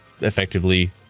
effectively